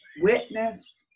witness